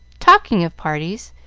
talking of parties,